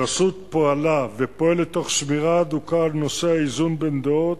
הרשות פעלה ופועלת תוך שמירה הדוקה על נושא האיזון בין דעות,